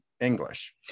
English